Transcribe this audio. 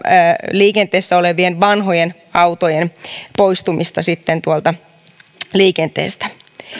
liikenteessä olevien vanhojen autojen poistumista sitten tuolta liikenteestä